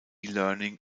learning